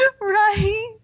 Right